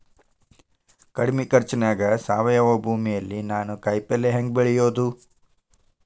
ಕಡಮಿ ಖರ್ಚನ್ಯಾಗ್ ಸಾವಯವ ಭೂಮಿಯಲ್ಲಿ ನಾನ್ ಕಾಯಿಪಲ್ಲೆ ಹೆಂಗ್ ಬೆಳಿಯೋದ್?